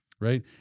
Right